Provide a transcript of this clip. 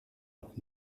und